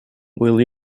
will